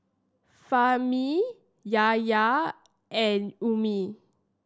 Fahmi Yahaya and Ummi